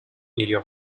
area